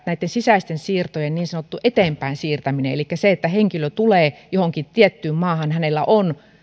näitten sisäisten siirtojen niin sanottu eteenpäin siirtäminen elikkä se kun henkilö tulee johonkin tiettyyn maahan ja hänellä on